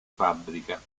fabbrica